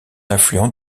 affluent